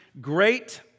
great